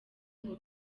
ngo